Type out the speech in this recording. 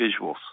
visuals